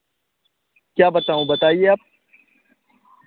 क्या बताऊँ बताईए आप